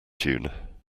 tune